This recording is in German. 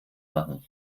machen